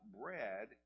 bread